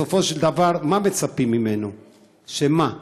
בסופו של דבר, מה מצפים ממנו, שמה?